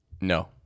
No